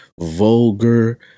vulgar